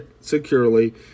securely